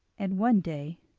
and one day,